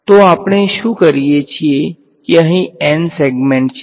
તો આપણે શું કરી શકીએ કે અહીં n સેગમેન્ટ્સ છે